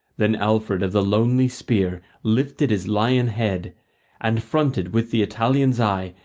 then alfred of the lonely spear lifted his lion head and fronted with the italian's eye,